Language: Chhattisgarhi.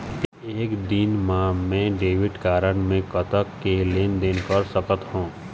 एक दिन मा मैं डेबिट कारड मे कतक के लेन देन कर सकत हो?